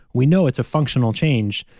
we know it's a functional change,